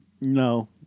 No